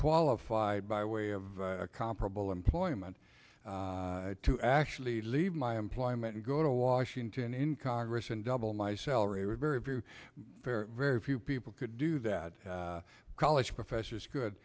qualified by way of comparable employment to actually leave my employment and go to washington in congress and double my salary with very few very very few people could do that college professors